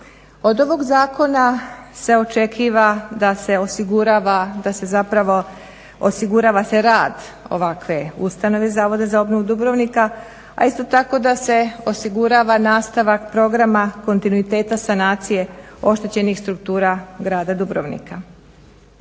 Od ovog zakona se očekuje da se osigurava rad ovakve ustanove Zavoda za obnovu Dubrovnika, a isto tako da se osigurava nastavak programa kontinuiteta sanacije oštećenih struktura grada Dubrovnika.